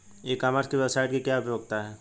ई commerce की website की क्या उपयोगिता है?